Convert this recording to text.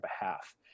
behalf